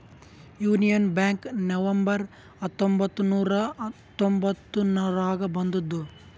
union Bank November ಹತ್ತೊಂಬತ್ತ್ ನೂರಾ ಹತೊಂಬತ್ತುರ್ನಾಗ್ ಬಂದುದ್